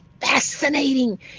fascinating